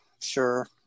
Sure